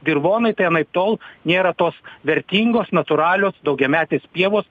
dirvonus tai anaiptol nėra tos vertingos natūralios daugiametės pievos